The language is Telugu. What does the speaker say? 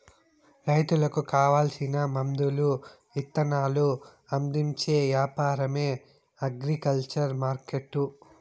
రైతులకు కావాల్సిన మందులు ఇత్తనాలు అందించే యాపారమే అగ్రికల్చర్ మార్కెట్టు